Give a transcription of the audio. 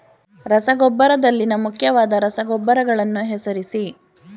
ರಸಗೊಬ್ಬರದಲ್ಲಿನ ಮುಖ್ಯವಾದ ರಸಗೊಬ್ಬರಗಳನ್ನು ಹೆಸರಿಸಿ?